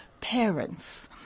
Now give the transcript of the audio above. parents